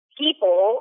people